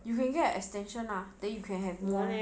you can get extension nah then you can have one